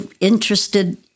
interested